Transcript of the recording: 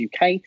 UK